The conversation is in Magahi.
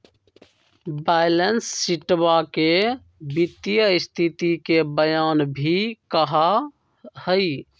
बैलेंस शीटवा के वित्तीय स्तिथि के बयान भी कहा हई